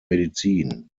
medizin